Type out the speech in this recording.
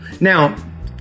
Now